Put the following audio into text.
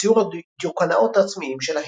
לציור הדיוקנאות העצמיים שלהם.